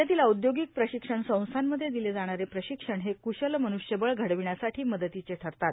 राज्यातील औदयोगिक प्रशिक्षण संस्थामध्ये दिले जाणारे प्रशिक्षण हे कृशल मन्ष्यबळ घडविण्यासाठी मदतीचं ठरतात